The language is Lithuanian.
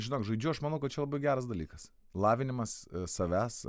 žinok žaidžiu aš manau kad čia labai geras dalykas lavinimas savęs